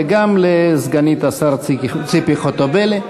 וגם לסגנית השר ציפי חוטובלי.